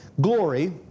glory